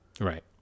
Right